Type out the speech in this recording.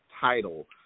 title